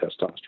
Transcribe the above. testosterone